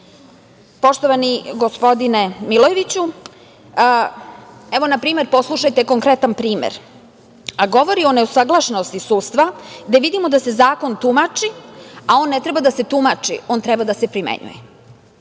nezavisni. Poštovani gospodine Milojeviću, evo, na primer, poslušajte konkretan primer, a govori o neusaglašenosti sudstva, gde vidimo da se zakon tumači, a on ne treba da se tumači, on treba da se primenjuje. Kako